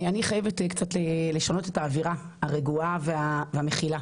אני חייבת קצת לשנות את האווירה הרגועה והמכילה.